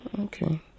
Okay